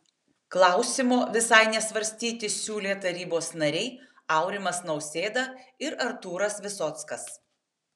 klausimo visai nesvarstyti siūlė tarybos nariai aurimas nausėda ir artūras visockas